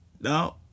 No